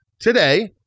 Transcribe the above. today